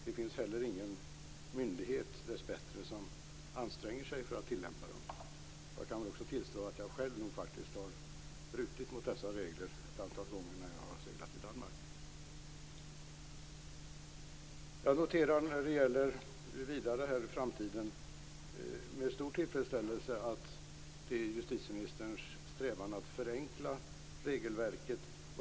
Det finns dessbättre ingen myndighet som anstränger sig för att tillämpa dem. Jag kan själv tillstå att jag har brutit mot dessa regler ett antal gånger när jag har seglat i Danmark. Jag noterar med tillfredsställelse att det är justitieministerns strävan att för framtiden förenkla regelverket.